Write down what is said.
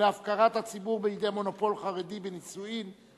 ולהפקרת הציבור בידי מונופול חרדי בנישואין,